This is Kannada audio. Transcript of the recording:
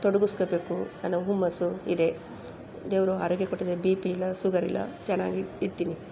ತೊಡಗಿಸ್ಕೊಳ್ಬೇಕು ಅನ್ನೋ ಹುಮ್ಮಸ್ಸು ಇದೆ ದೇವರು ಆರೋಗ್ಯ ಕೊಟ್ಟಿದ್ದಾನೆ ಬಿ ಪಿ ಇಲ್ಲ ಸುಗರ್ ಇಲ್ಲ ಚೆನ್ನಾಗಿ ಇರ್ತೀನಿ